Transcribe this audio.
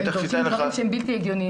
לא נכון, הם דורשים דברים שהם בלתי הגיוניים.